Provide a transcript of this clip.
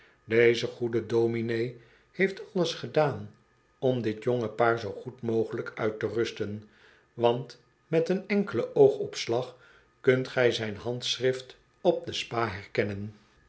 deze goede dominé heeft alles gedaan om dit jonge paar zoo goed mogelijk uit te rusten want met een enkelen oogopslag kunt ge zijn handschrift op de spa herkennen